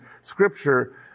scripture